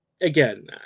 again